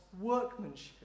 workmanship